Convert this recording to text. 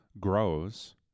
grows